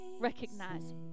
Recognize